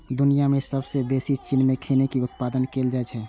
दुनिया मे सबसं बेसी चीन मे खैनी के उत्पादन कैल जाइ छै